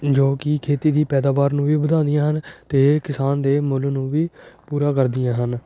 ਜੋ ਕਿ ਖੇਤੀ ਦੀ ਪੈਦਾਵਾਰ ਨੂੰ ਵੀ ਵਧਾਉਂਦੀਆਂ ਹਨ ਅਤੇ ਕਿਸਾਨ ਦੇ ਮੁੱਲ ਨੂੰ ਵੀ ਪੂਰਾ ਕਰਦੀਆਂ ਹਨ